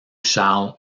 charles